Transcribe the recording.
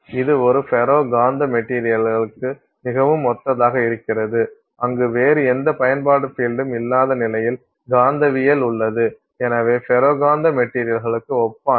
இது ஒரு ஃபெரோ காந்தப் மெட்டீரியல்ளுக்கு மிகவும் ஒத்ததாக இருக்கிறது அங்கு வேறு எந்த பயன்பாட்டு பீல்டும் இல்லாத நிலையில் காந்தவியல் உள்ளது எனவே ஃபெரோ காந்த மெட்டீரியல்ளுக்கு ஒப்பானது